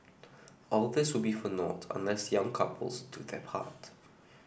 all this will be for naught unless young couples do their part